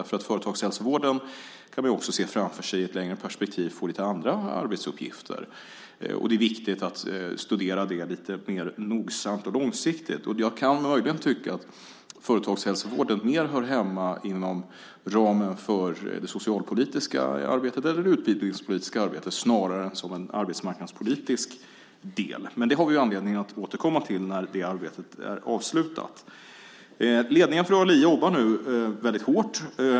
Företagshälsovården kan i ett längre perspektiv få lite andra arbetsuppgifter. Det är viktigt att studera det mer noggrant och långsiktigt. Jag kan möjligen tycka att företagshälsovården mer hör hemma inom ramen för det socialpolitiska arbetet snarare än inom det arbetsmarknadspolitiska arbetet. Det har vi anledning att återkomma till när det arbetet är avslutat. Ledningen för ALI arbetar nu hårt.